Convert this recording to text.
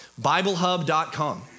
BibleHub.com